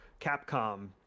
capcom